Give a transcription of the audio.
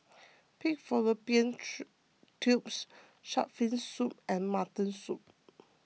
Pig Fallopian Tubes Shark's Fin Soup and Mutton Soup